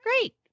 Great